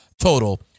total